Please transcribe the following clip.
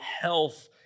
health